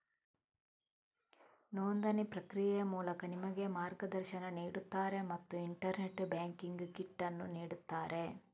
ನೋಂದಣಿ ಪ್ರಕ್ರಿಯೆಯ ಮೂಲಕ ನಿಮಗೆ ಮಾರ್ಗದರ್ಶನ ನೀಡುತ್ತಾರೆ ಮತ್ತು ಇಂಟರ್ನೆಟ್ ಬ್ಯಾಂಕಿಂಗ್ ಕಿಟ್ ಅನ್ನು ನೀಡುತ್ತಾರೆ